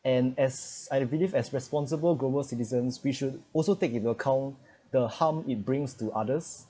and as I do believe as responsible global citizens we should also take into account the harm it brings to others